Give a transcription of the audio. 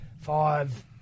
five